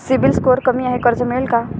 CIBIL score कमी आहे कर्ज मिळेल का?